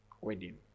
wedding